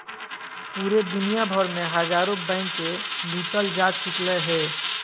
पूरे दुनिया भर मे हजारो बैंके लूटल जा चुकलय हें